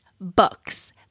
books